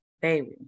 Baby